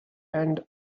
and